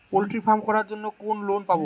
Poultry farm করার জন্য কোন লোন পাব?